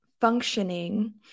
functioning